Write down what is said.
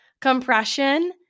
compression